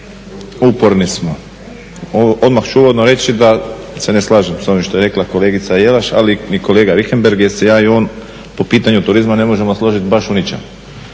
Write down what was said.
uporni smo. Odmah ću uvodno reći da se ne slažem s onim što je rekla kolegica Jelaš, ali ni kolega Richembergh jer se ja i on po pitanju turizma ne možemo složiti baš u ničemu.